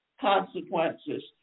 consequences